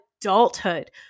adulthood